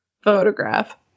photograph